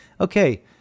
okay